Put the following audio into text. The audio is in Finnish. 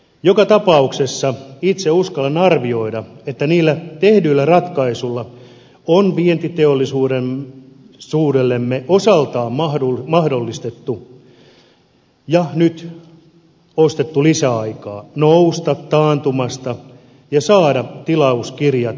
joka tapauksessa itse uskallan arvioida että niillä tehdyillä ratkaisuilla on vientiteollisuudellemme osaltaan mahdollistettu nousu taantumasta ja tilauskirjojen saaminen kohtuulliseen kuntoon ja nyt ostettu siihen lisäaikaa